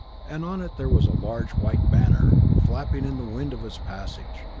and on it there was a large white banner, flapping in the wind of its passage.